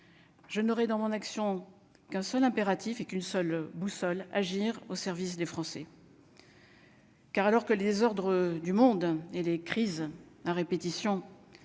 je n'aurais dans mon action qu'un seul impératif et qu'une seule boussole agir au service des Français. Car, alors que les ordres du monde et les crises à répétition